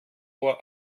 uhr